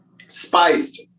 spiced